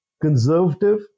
conservative